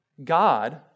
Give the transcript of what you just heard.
God